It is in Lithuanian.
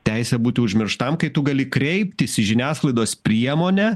teisė būti užmirštam kai tu gali kreiptis į žiniasklaidos priemonę